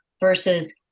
versus